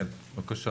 כן, בקשה.